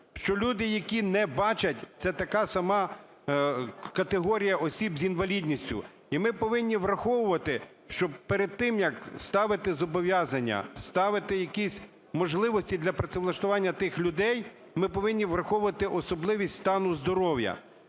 люди, які не бачать, – це така сама категорія осіб з інвалідністю. І ми повинні враховувати, що перед тим, як ставити зобов'язання, ставити якісь можливості для працевлаштування тих людей, ми повинні враховувати особливість стану здоров'я.